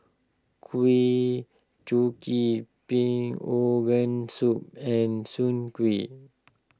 Kuih Kochi Pig Organ Soup and Soon Kueh